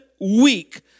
week